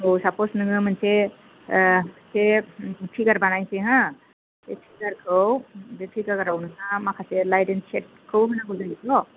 suppose नोङो मोनसे बे फिगार बानायनोसै हा बे फिगारखौ बे फिगाराव नोंहा माखासे लाइट इन शेडखौ होनांगौ जायोथ'